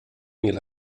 mil